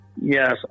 Yes